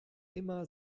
immer